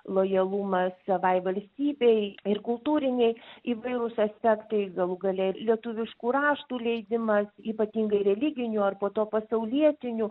lojalumas savai valstybei ir kultūriniai įvairūs aspektai galų gale lietuviškų raštų leidimas ypatingai religinių ar po to pasaulietinių